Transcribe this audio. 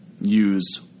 use